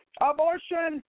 abortion